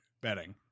betting